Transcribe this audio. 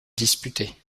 disputé